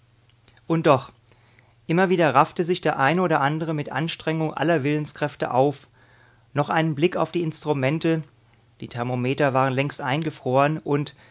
und doch immer wieder raffte sich der eine oder andere mit anstrengung aller willenskräfte auf noch ein blick auf die instrumente die thermometer waren längst eingefroren und